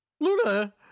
Luna